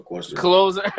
closer